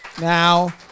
Now